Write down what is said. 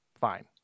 fine